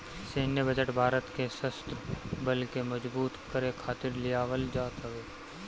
सैन्य बजट भारत के शस्त्र बल के मजबूत करे खातिर लियावल जात हवे